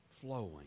flowing